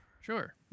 Sure